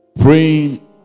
praying